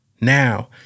now